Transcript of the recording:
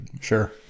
Sure